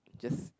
just